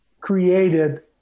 created